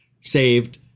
saved